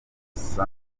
sgt